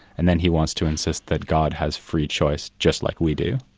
and then he wants to insist that god has free choice just like we do.